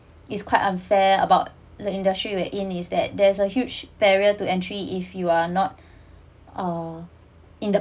is quite unfair about the industry we're in is that there's a huge barrier to entry if you're not uh in the